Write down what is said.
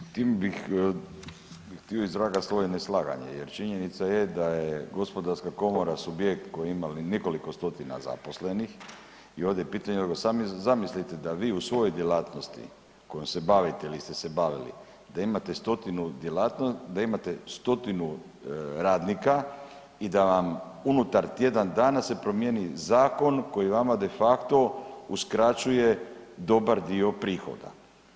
S tim bih htio izlagat svoje neslaganje jer činjenica je da je gospodarska komora subjekt koji je imao i nekoliko stotina zaposlenih i ovdje je pitanje zamislite da vi u svojoj djelatnosti kojom se bavite ili ste se bavili da imate stotinu djelatnosti, da imate stotinu radnika i da vam unutar tjedan dana se promijeni zakon koji vama de facto uskraćuje dobar dio prihoda.